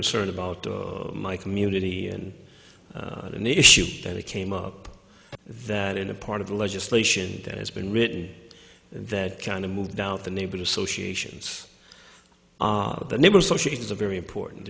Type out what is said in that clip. concern about my community and an issue that came up that in a part of the legislation that has been written that kind of moved out the neighbors associations of the neighbors so she is a very important